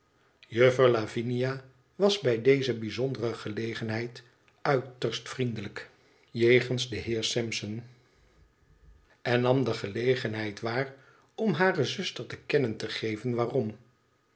juffer lavinia was bij deze bijzondere gelegenheid uiterst vriendelijk jegens den heersampson en nam de gelegenheid waar om hare zuster te kennen te geven waarom